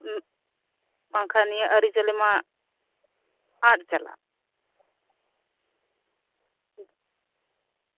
ᱩᱸᱜ ᱵᱟᱝᱠᱷᱟᱱ ᱱᱤᱭᱟᱹ ᱟᱹᱨᱤᱪᱟᱞᱤ ᱢᱟ